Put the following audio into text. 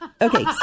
Okay